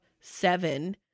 seven